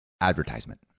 advertisement